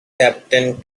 captain